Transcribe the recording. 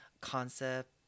concept